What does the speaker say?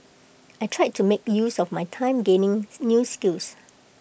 I tried to make use of my time gaining new skills